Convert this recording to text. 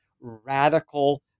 radical